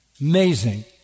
Amazing